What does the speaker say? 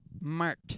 mart